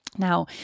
Now